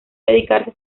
dedicarse